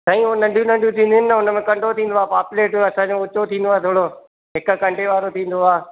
साईं उहे नंढियूं नंढियूं थीदियूं आहिनि उनमें कंडो थींदो आहे पापलेट असांजो ऊचो थींदो आहे थोरो हिकु कंडो वारे थींदो आहे